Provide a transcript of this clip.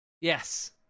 Yes